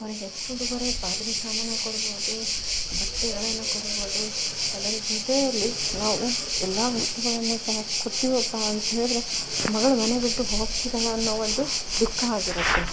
ಅವ್ರಿಗೆ ಎಷ್ಟು ಉಡುಗೊರೆ ಪಾತ್ರೆ ಸಾಮಾನು ಕೊಡಬೋದು ಬಟ್ಟೆಗಳನ್ನು ಕೊಡಬೋದು ಅದರ ಜೊತೆಯಲ್ಲಿ ನಾವು ಎಲ್ಲ ವಸ್ತುಗಳನ್ನು ಸಹ ಕೊಟ್ಟಿವಪ್ಪ ಅಂತ ಹೇಳಿದ್ರೆ ಮಗ್ಳು ಮನೆ ಬಿಟ್ಟು ಹೋಗ್ತಿದ್ದಾಳೆ ಅನ್ನೋ ಒಂದು ದುಃಖ ಆಗಿರುತ್ತೆ